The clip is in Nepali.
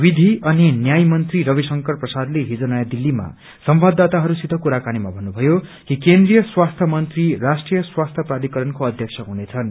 विधि अनि न्याय मंत्री रविशंकर प्रसादले हिज नयाँ दिल्लीमा संवाददाताहरूसित कुराकानीमा भन्नुभयो कि केन्द्रीय स्वास्थ्य मंत्री राष्ट्रीय स्वास्थ्य प्राधिकरणको अध्यक्ष हुनेछन्